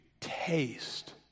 taste